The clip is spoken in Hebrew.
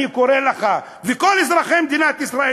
אני קורא לך ולכל אזרחי מדינת ישראל